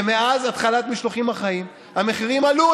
שמאז התחלת המשלוחים החיים המחירים עלו,